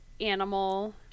animal